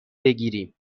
بگیریم